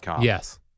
Yes